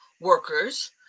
workers